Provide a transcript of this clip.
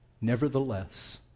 Nevertheless